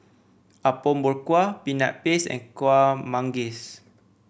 Apom Berkuah Peanut Paste and Kueh Manggis